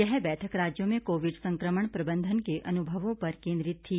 यह बैठक राज्यों में कोविड संक्रमण प्रबंधन के अनुभवों पर केंद्रित थी